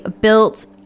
built